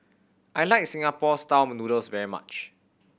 I like Singapore Style Noodles very much